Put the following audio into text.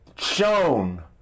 Shown